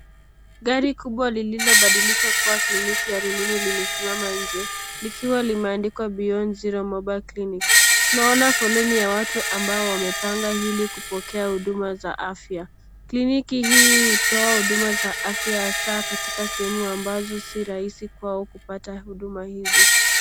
Gari kubwa lililo badilishwa kuwa kliniki ya rununu limesimama nje likiwa limeandikwa beyond zero mobile clinic . Naona foleni ya watu ambao wamepanga ili kupokea huduma za afya. Kliniki hii hutoa huduma za afya hasa katika sehemu ambazo si rahisi kwao kupata huduma hizi.